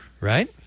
right